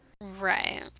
Right